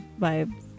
vibes